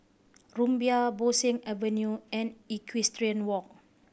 Rumbia Bo Seng Avenue and Equestrian Walk